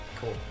Cool